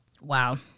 Wow